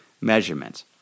measurements